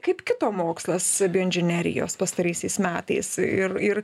kaip kito mokslas be inžinerijos pastaraisiais metais ir ir